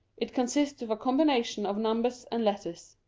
it consists of a combination of numbers and letters.